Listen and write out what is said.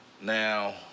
Now